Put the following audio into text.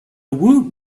woot